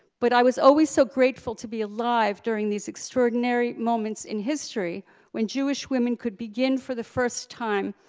but i was always so grateful to be alive during these extraordinary moments in history when jewish women could begin, for the first time,